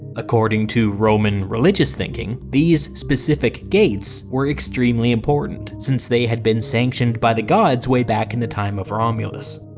according to roman religious thinking, these specific gates were extremely important since they had been sanctioned by the gods way back in the time of romulus.